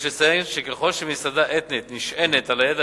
יש לציין שככל שמסעדה אתנית נשענת על הידע